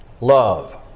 Love